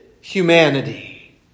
humanity